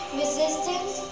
resistance